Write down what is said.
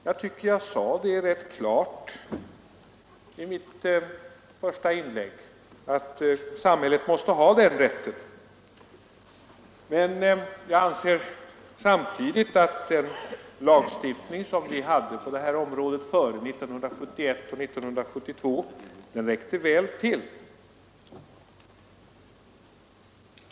Jag tycker att jag klart framhöll i mitt första inlägg att samhället måste ha den rätten. Men jag anser samtidigt att den lagstiftning vi hade på det här området före 1971 och 1972 räckte väl till.